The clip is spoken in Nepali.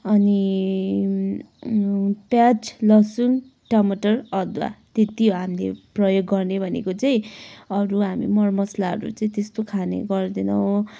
अनि प्याज लसुन टमाटर अदुवा त्यति हो हामीले प्रयोग गर्ने भनेको चाहिँ अरू हामी मरमसलाहरू चाहिँ त्यस्तो खाने गर्दैनौँ